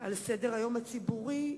על סדר-היום הציבורי,